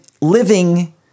living